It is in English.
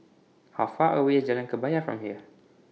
How Far away IS Jalan Kebaya from here